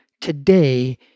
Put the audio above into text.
today